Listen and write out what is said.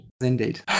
Indeed